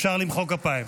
אפשר למחוא כפיים.